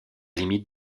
limite